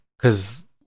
cause